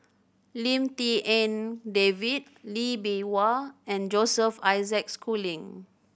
Lim Tik En David Lee Bee Wah and Joseph Isaac Schooling